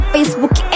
Facebook